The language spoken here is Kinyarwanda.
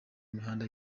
imihanda